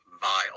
vile